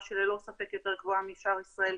שהיא ללא ספק יותר גבוהה משאר ישראל,